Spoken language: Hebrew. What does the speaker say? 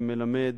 מלמד